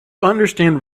understand